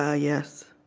ah yes,